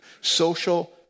Social